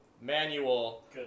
manual